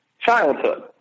childhood